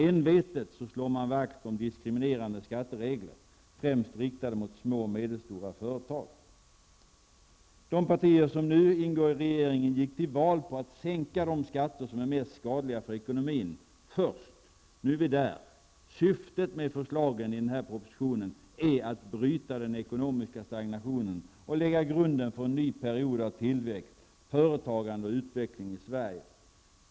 Envetet slår de vakt om diskriminerande skatteregler, främst riktade mot små och medelstora företag. De partier som nu ingår i regeringen gick till val på att först sänka de skatter som är mest skadliga för ekonomin. Nu är vi där. Syftet med förslagen i denna proposition är att bryta den ekonomiska stagnationen och lägga grunden för en ny period av tillväxt, företagande och utveckling i Sverige.